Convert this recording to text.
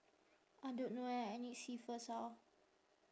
I don't know eh I need see first how